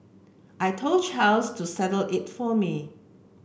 I told Charles to settle it for me